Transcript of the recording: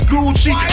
Gucci